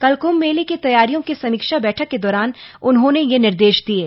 कल कृम्म मेले की तैयारियों की समीक्षा बैठक के दौरान उन्होंने यह निर्देश दिये